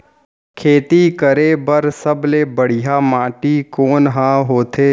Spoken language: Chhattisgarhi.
खेती करे बर सबले बढ़िया माटी कोन हा होथे?